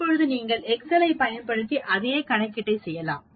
இப்போது நீங்கள் எக்செல் ஐப் பயன்படுத்தி அதே கணக்கீட்டைச் செய்யலாம்